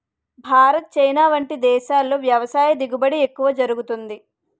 Bharat, China వంటి దేశాల్లో వ్యవసాయ దిగుబడి ఎక్కువ జరుగుతుంది